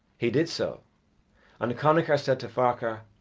he did so and connachar said to ferchar,